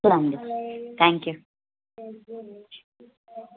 పంపిస్తాను thank you